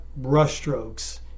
brushstrokes